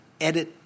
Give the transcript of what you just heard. edit